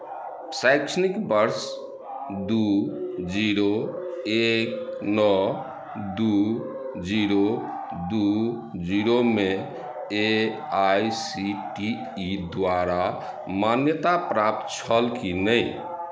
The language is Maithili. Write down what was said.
शैक्षणिक वर्ष दू जीरो एक नओ दू जीरो दू जीरोमे A I C T E द्वारा मान्यताप्राप्त छल की नहि